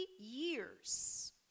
years